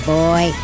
boy